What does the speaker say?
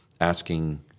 Asking